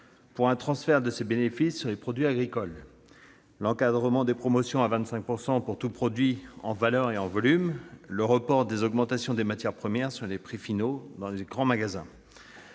pour un transfert de ces bénéfices sur les produits agricoles, l'encadrement des promotions à 25 % pour tout produit en valeur et en volume et le report des augmentations des matières premières sur les prix finaux dans les grands magasins.